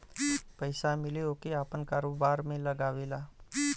पइसा मिले ओके आपन कारोबार में लगावेला